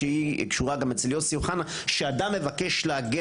היום 14 ביוני 2022, ט"ו בסיוון תשפ"ב.